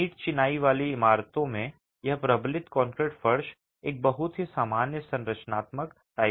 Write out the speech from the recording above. और ईंट चिनाई वाली इमारतों में यह प्रबलित कंक्रीट फर्श एक बहुत ही सामान्य संरचनात्मक टाइपोलॉजी है